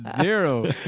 zero